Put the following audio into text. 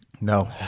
No